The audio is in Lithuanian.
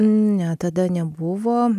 ne tada nebuvo